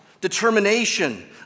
determination